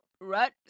right